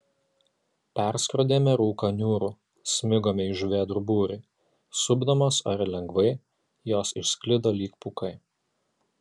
perskrodėme rūką niūrų smigome į žuvėdrų būrį supdamos ore lengvai jos išsklido lyg pūkai